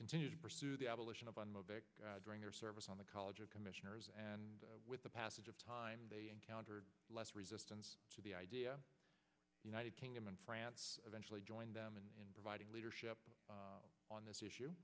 continue to pursue the abolition of on mobic during their service on the college of commissioners and with the passage of time they countered less resistance to the idea united kingdom and france eventually joined them in providing leadership on this issue